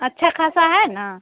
अच्छा ख़ासा है ना